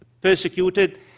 persecuted